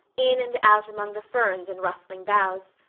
in and out among the ferns and rustling boughs.